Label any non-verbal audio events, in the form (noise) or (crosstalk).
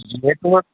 (unintelligible)